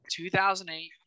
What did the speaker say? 2008